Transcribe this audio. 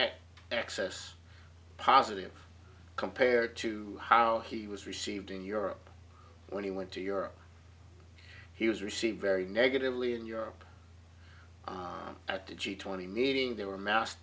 that excess positive compared to how he was received in europe when he went to europe he was received very negatively in europe at the g twenty meeting there were mass